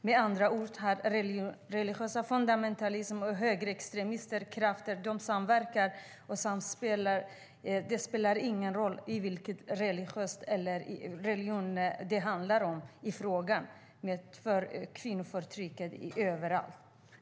Med andra ord har religiös fundamentalism och högerextremistiska krafter samverkat och samspelat - det spelar ingen roll vilken religion det handlar om - och medfört ett ökat kvinnoförtryck.